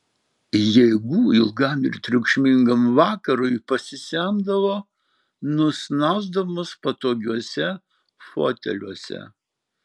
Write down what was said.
jėgų ilgam ir triukšmingam vakarui pasisemdavo nusnausdamos patogiuose foteliuose